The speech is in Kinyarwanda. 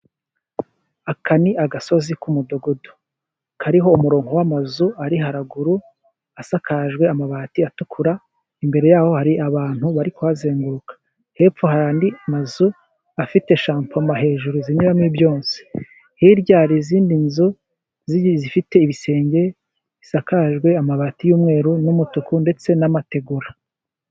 Aka ni agasozi k'umudugudu, kariho umurongo w'amazu ari haruguru asakajwe amabati atukura, imbere yaho hari abantu bari kuhazenguruka, hepfo hari andi mazu afite shampoma hejuru zinyuramo imyotsi, hirya hari izindi nzu zifite ibisenge bisakajwe amabati y'umweru n'umutuku, ndetse n'amategura.